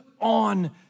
on